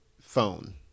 phone